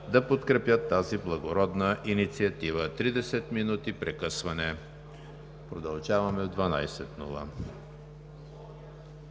да подкрепят тази благородна инициатива. Тридесет минути прекъсване – продължаваме в 12,00